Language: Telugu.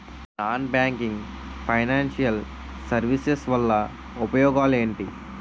నాన్ బ్యాంకింగ్ ఫైనాన్షియల్ సర్వీసెస్ వల్ల ఉపయోగాలు ఎంటి?